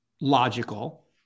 logical